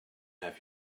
have